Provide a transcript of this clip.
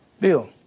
Bill